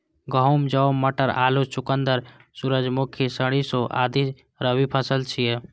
गहूम, जौ, मटर, आलू, चुकंदर, सूरजमुखी, सरिसों आदि रबी फसिल छियै